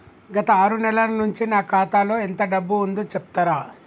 గత ఆరు నెలల నుంచి నా ఖాతా లో ఎంత డబ్బు ఉందో చెప్తరా?